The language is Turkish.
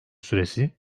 süresi